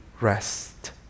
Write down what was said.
rest